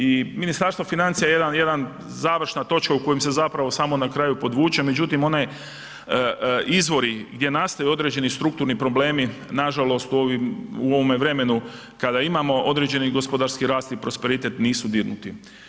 I Ministarstvo financija je jedna završna točka u kojem se zapravo samo na kraju podvuče, međutim oni izvori gdje nastaju određeni strukturni problemi nažalost u ovome vremenu kada imamo određeni gospodarski rast i prosperitet nisu dirnuti.